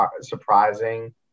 surprising